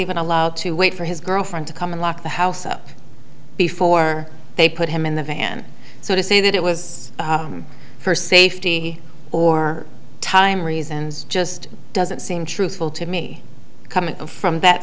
even allowed to wait for his girlfriend to come unlock the house up before they put him in the van so to say that it was for safety or time reasons just doesn't seem truthful to me coming from that